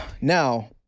now